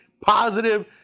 positive